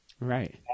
Right